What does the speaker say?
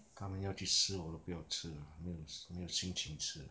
他们要去吃我都不要吃 ah 没有没有心情吃 ah